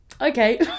okay